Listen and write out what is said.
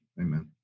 Amen